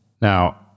Now